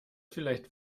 vielleicht